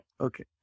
okay